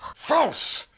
false!